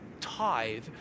tithe